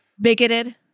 Bigoted